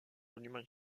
monuments